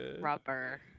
rubber